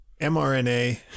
mRNA